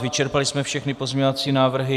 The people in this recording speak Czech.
Vyčerpali jsme všechny pozměňovací návrhy.